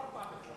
ארבע בכלל.